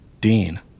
Dean